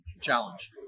challenge